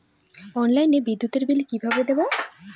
অনলাইনে বিদ্যুতের বিল কিভাবে দেব?